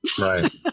right